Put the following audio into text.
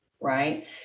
right